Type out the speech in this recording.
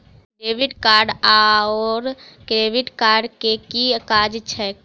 Debit card आओर credit card केँ की काज छैक?